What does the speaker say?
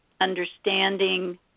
understanding